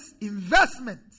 investment